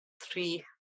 three